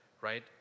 right